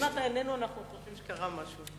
אם אתה לא נמצא אנחנו חושבים שקרה משהו.